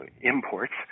imports